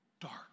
dark